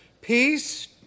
Peace